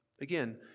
Again